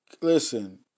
listen